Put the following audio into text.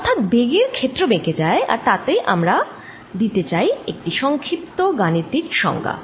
অর্থাৎ বেগের ক্ষেত্র বেঁকে যায় এবং তাকেই আমরা দিতে চাই একটি সংক্ষিপ্ত গাণিতিক সংজ্ঞা